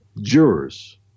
jurors